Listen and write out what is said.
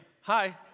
Hi